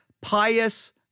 pious